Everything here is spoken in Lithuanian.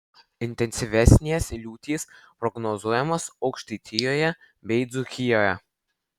intensyvesnės liūtys prognozuojamos aukštaitijoje bei dzūkijoje